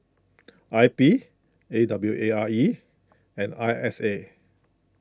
I P A W A R E and I S A